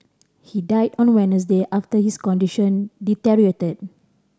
he died on a Wednesday after his condition deteriorated